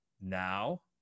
now